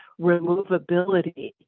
removability